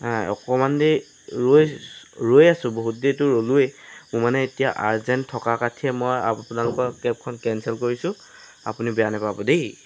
অকণমান দেৰি ৰৈ ৰৈ আছোঁ বহুত দেৰিতো ৰ'লোৱেই মোৰ মানে এতিয়া আৰ্জেণ্ট থকা মই আপোনালোকৰ কেবখন কেনচেল কৰিছোঁ আপুনি বেয়া নাপাব দেই